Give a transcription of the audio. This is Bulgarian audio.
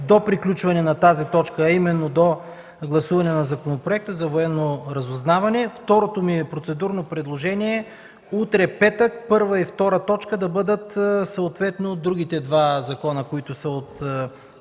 до приключване на тази точка, а именно до гласуване на Законопроекта за военното разузнаване. Второто ми процедурно предложение е утре, в петък, първа и втора точка да бъдат съответно другите два законопроекта от